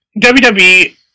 WWE